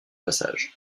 passage